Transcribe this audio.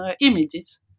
images